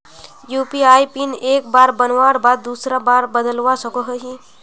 UPI PIN एक बार बनवार बाद दूसरा बार बदलवा सकोहो ही?